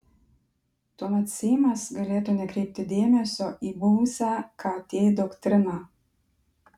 tuomet seimas galėtų nekreipti dėmesio į buvusią kt doktriną